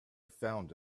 found